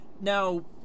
Now